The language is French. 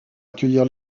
accueillir